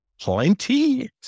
plenty